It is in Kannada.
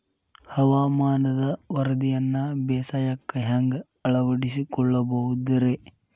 ಹವಾಮಾನದ ವರದಿಯನ್ನ ಬೇಸಾಯಕ್ಕ ಹ್ಯಾಂಗ ಅಳವಡಿಸಿಕೊಳ್ಳಬಹುದು ರೇ?